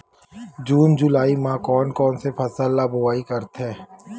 जून जुलाई म कोन कौन से फसल ल बोआई करथे?